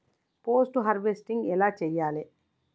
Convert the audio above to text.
Post harvesting ఎలా చెయ్యాలే?